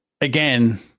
again